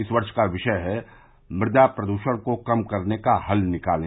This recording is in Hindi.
इस वर्ष का विषय है मृदा प्रदूषण को कम करने का हल निकालें